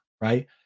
right